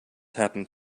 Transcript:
happened